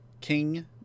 King